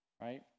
right